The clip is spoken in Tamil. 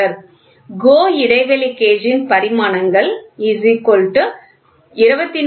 GO இடைவெளி கேஜ் ன் பரிமாணங்கள் 24